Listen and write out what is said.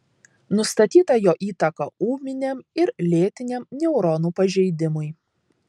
nustatyta jo įtaka ūminiam ir lėtiniam neuronų pažeidimui